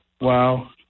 Wow